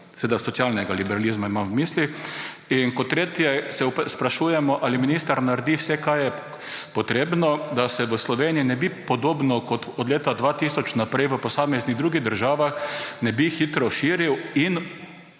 mislih socialni liberalizem; in kot tretje se sprašujemo, ali minister naredi vse, kar je potrebno, da se v Sloveniji podobno kot od leta 2000 naprej v posameznih drugih državah ne bi hitro širil in